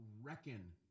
reckon